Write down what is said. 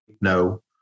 no